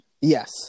Yes